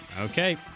Okay